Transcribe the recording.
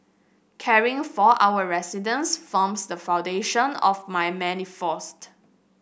caring for our residents forms the foundation of my manifesto